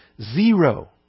Zero